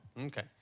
Okay